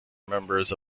members